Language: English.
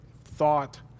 thought